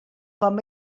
com